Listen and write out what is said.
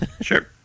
Sure